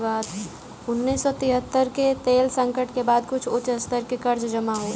उन्नीस सौ तिहत्तर के तेल संकट के बाद कुछ उच्च स्तर के कर्ज जमा हुए